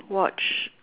watch